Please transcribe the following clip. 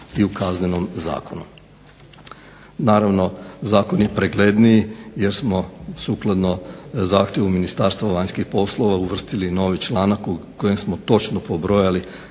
i u Kaznenom zakonu. Naravno, zakon je pregledniji jer smo sukladno zahtjevu Ministarstva vanjskih poslova uvrstili novi članak u kojem smo točno pobrojali